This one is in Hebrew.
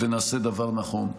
ונעשה דבר נכון.